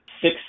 six